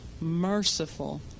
merciful